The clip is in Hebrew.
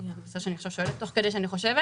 אז אני שואלת תוך כדי שאני חושבת.